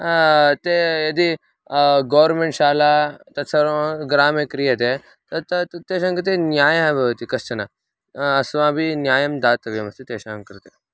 ते यदि गौर्मेण्ट् शाला तत्सर्वं ग्रामे क्रियते तत् तत् तेषां कृते न्यायः भवति कश्चन अस्माभिः न्यायं दातव्यमस्ति तेषां कृते